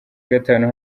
gatanu